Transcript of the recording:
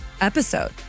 episode